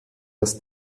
das